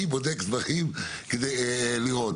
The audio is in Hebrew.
אני בודק דברים כדי לראות,